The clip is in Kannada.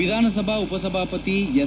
ವಿಧಾನಸಭಾ ಉಪಸಭಾಪತಿ ಎಸ್